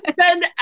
spend